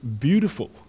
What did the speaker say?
beautiful